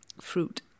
fruit